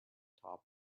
top